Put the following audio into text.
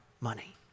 money